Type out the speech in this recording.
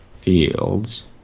fields